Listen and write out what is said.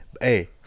Hey